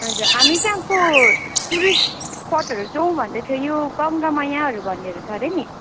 हजुर हामी त्यहाँको टुरिस्ट स्पटहरू जौँ भन्दै थियो यो गङ्गामैयाहरू भन्नेहरू छ अरे नि